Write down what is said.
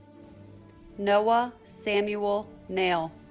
noah samuel nail